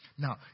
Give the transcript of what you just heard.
Now